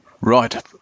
Right